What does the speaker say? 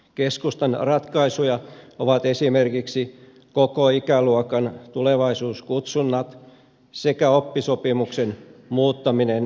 keskustan ratkaisuja ovat esimerkiksi koko ikäluokan tulevaisuuskutsunnat sekä oppisopimuksen muuttaminen koulutussopimukseksi